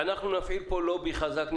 אנחנו נפעיל פה לובי חזק.